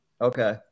Okay